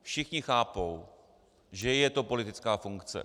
Všichni chápou, že je to politická funkce.